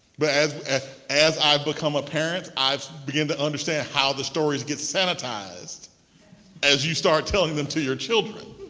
but as as i become a parent, i've begun to understand how the stories get sanitized as you start telling them to your children.